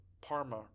Parma